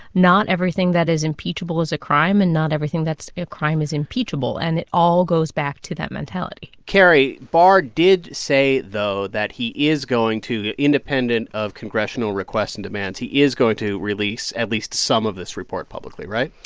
not everything that is impeachable is a crime, and not everything that's a crime is impeachable. and it all goes back to that mentality carrie, barr did say, though, that he is going to, independent of congressional requests and demands, he is going to release at least some of this report publicly. right?